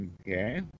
Okay